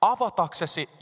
Avataksesi